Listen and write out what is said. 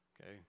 Okay